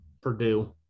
Purdue